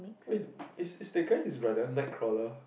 wait is is that guy his brother Nightcrawler